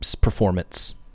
Performance